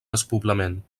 despoblament